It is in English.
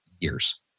years